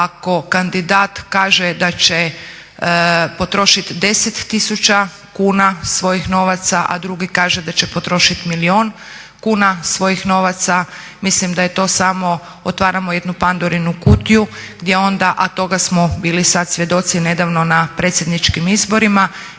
ako kandidat kaže da će potrošit 10 000 kuna svojih novaca, a drugi kaže da će potrošit milijun kuna svojih novaca? Mislim da je to samo otvaramo jednu Pandorinu kutiju gdje onda, a toga smo bili sad svjedoci nedavno na predsjedničkim izborima